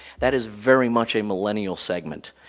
that is very much a millennial segment.